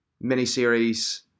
mini-series